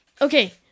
Okay